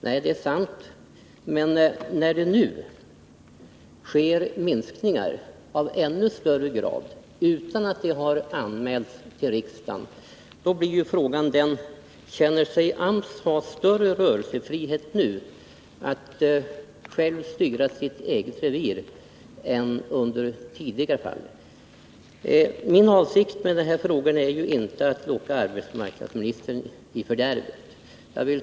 Nej, det är sant, men när det nu sker minskningar av ännu större omfattning utan att det har anmälts till riksdagen blir frågan: Känner sig AMS ha större rörelsefrihet nu att själv styra sitt eget revir än tidigare? Min avsikt med den här frågan är inte att locka arbetsmarknadsministern i fördärvet.